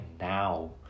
now